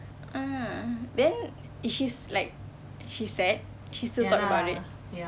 ah then she's like she's sad she still talk about it